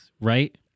right